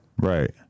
Right